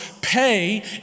pay